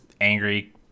angry